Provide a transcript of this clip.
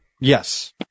Yes